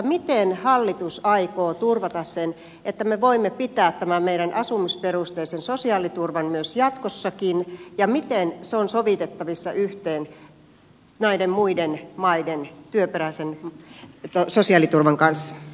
miten hallitus aikoo turvata sen että me voimme pitää tämän meidän asumisperusteisen sosiaaliturvan myös jatkossakin ja miten se on sovitettavissa yhteen näiden muiden maiden työperäisen sosiaaliturvan kanssa